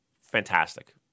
fantastic